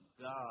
God